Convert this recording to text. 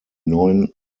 neuen